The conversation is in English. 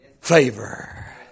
Favor